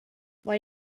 why